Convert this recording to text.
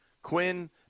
Quinn